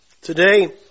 Today